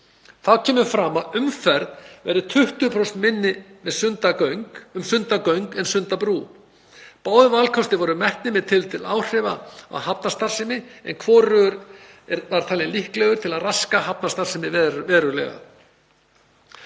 Þá kemur fram að umferð verði 20% minni um Sundagöng en Sundabrú. Báðir valkostir voru metnir með tilliti til áhrifa á hafnarstarfsemi en hvorugur var talinn líklegur til að raska hafnarstarfsemi verulega.